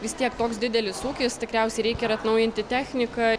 vis tiek toks didelis ūkis tikriausiai reikia ir atnaujinti techniką